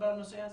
בנושא הזה?